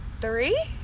Three